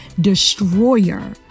destroyer